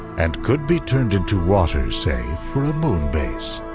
and could be turned into water, say, for a moon base.